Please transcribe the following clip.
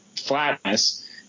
flatness